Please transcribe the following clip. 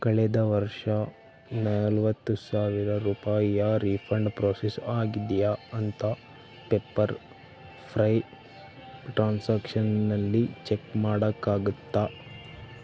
ಕಳೆದ ವರ್ಷ ನಲ್ವತ್ತು ಸಾವಿರ ರೂಪಾಯಿಯ ರೀಫಂಡ್ ಪ್ರೋಸೆಸ್ ಆಗಿದೆಯಾ ಅಂತ ಪೆಪ್ಪರ್ಫ್ರೈ ಟ್ರಾನ್ಸಾಕ್ಷನ್ನಲ್ಲಿ ಚೆಕ್ ಮಾಡೋಕ್ಕಾಗತ್ತಾ